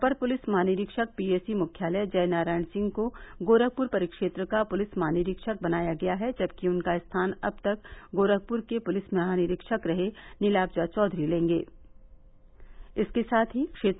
अपर police महानिरीक्षक PAC मुख्यालय जयनारायण सिंह को गोरखपुर परिक्षेत्र का पुलिस महानिरीक्षक बनाया गया है जबकि उनका स्थान अब तक गोरखपुर के पुलिस महानिरीक्षक रहे निलाब्जा चौधरी लेंगे